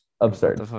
Absurd